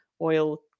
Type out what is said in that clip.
oil